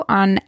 on